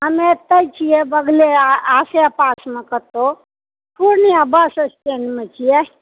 हम एतए छिऐ बगले आसे पासमे कतहुँ पूर्णियाँ बस स्टैण्डमे छिऐ